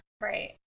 Right